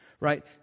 right